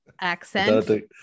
Accent